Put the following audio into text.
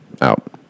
Out